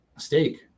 Steak